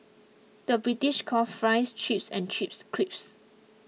the British calls Fries Chips and Chips Crisps